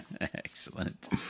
Excellent